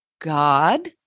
God